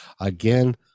Again